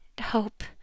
hope